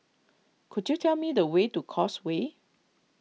could you tell me the way to Causeway